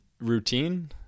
routine